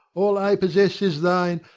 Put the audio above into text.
all i possess is thine.